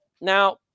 Now